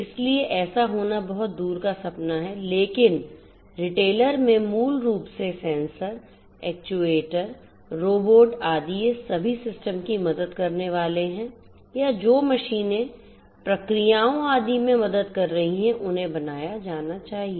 इसलिए sensor actuators बनाया जाना चाहिए